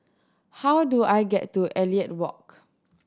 how do I get to Elliot Walk